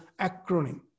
acronym